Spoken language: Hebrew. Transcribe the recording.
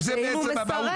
זאת המהות.